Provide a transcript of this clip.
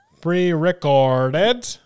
Pre-recorded